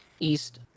East